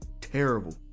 terrible